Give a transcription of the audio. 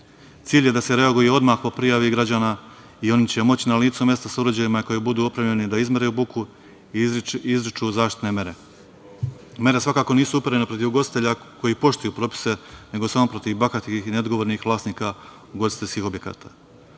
buka. Cilj je da se reaguje odmah po prijavi građana i oni će moći na licu mesta sa uređajima kojima budu opremljeni da izmere buku i izriču zaštitne mere. Mere svakako nisu uperene protiv ugostitelja koji poštuju propise, nego samo protiv bahatih i neodgovornih vlasnika ugostiteljskih